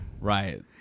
Right